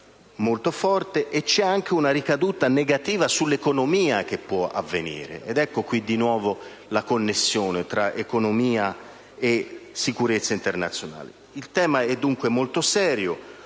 e c'è anche una ricaduta negativa sull'economia che può avvenire: ecco qui, di nuovo, la connessione tra economia e sicurezza internazionale. Il tema è dunque molto serio,